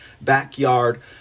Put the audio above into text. backyard